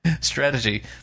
Strategy